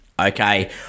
Okay